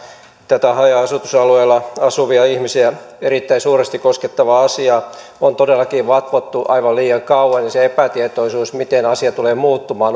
tätä haja asutusalueella asuvia ihmisiä erittäin suuresti koskettavaa asiaa on todellakin vatvottu aivan liian kauan ja se epätietoisuus miten asia tulee muuttumaan